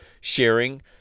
sharing